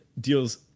deals